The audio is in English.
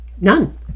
None